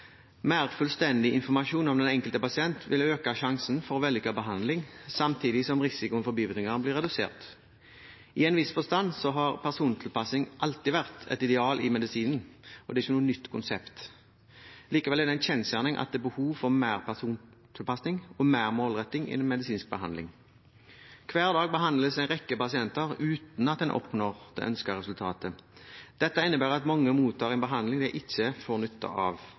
Mer fullstendig informasjon om den enkelte pasient vil øke sjansen for vellykket behandling, samtidig som risikoen for bivirkninger blir redusert. I en viss forstand har persontilpasning alltid vært et ideal i medisinen, og det er ikke noe nytt konsept. Likevel er det en kjensgjerning at det er behov for mer persontilpasning og mer målretting innen medisinsk behandling. Hver dag behandles en rekke pasienter uten at en oppnår det ønskede resultatet. Dette innebærer at mange mottar en behandling de ikke får nytte av,